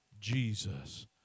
Jesus